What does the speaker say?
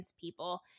people